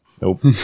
nope